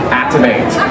activate